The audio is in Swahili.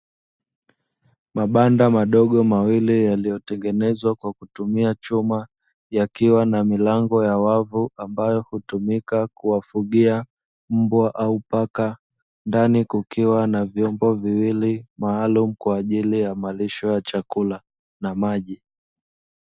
Mabanda madogo mawili yaliyotengenezwa kwa kutumia chuma, yakiwa na milango ya wavu ambayo hutumika kuwafugia mbwa au paka, ndani kukiwa na vyombo viwili maalumu kwaajili ya malisho ya chakula na maji.